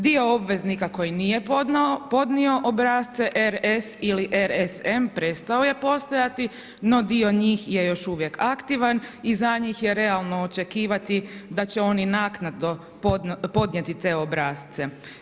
Dio obveznika koji nije podnio obrasce RS ili RSM prestao je postojati, no dio njih je još uvijek aktivan i za njih je realno očekivati da će oni naknadno podnijeti te obrasce.